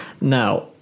now